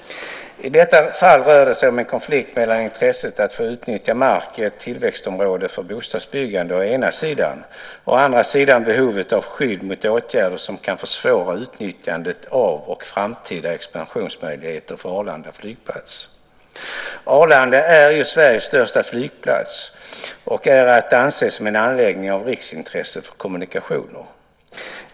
I detta fall rör det sig om en konflikt mellan intresset av att få utnyttja mark i ett tillväxtområde för bostadsbyggande å ena sidan och å andra sidan behovet av skydd mot åtgärder som kan försvåra utnyttjandet av och framtida expansionsmöjligheter för Arlanda flygplats. Arlanda är ju Sveriges största flygplats och är att anse som en anläggning av riksintresse för kommunikationer.